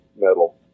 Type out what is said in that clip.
metal